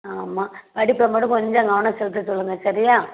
ஆமாம் படிப்பில் மட்டும் கொஞ்சம் கவனம் செலுத்த சொல்லுங்கள் சரியா